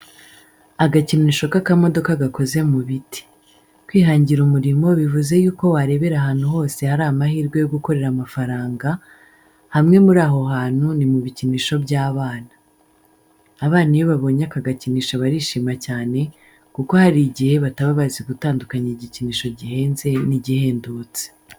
Agakinisho k'akamodoka gakoze mu biti. Kwihangira umurimo bivuze y'uko warebera ahantu hose hari amahirwe yo gukorera amafaranga, hamwe muri aho hantu ni mu bikinisho by'abana. Abana iyo babonye aka gakinisho barishima cyane kuko hari gihe bataba bazi gutandukanya igikinisho gihenze n'igihendutse.